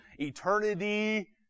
eternity